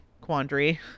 quandary